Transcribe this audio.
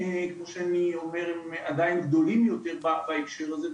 כמו שאני אומר הם עדיין גדולים יותר בנושא הזה,